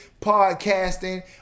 podcasting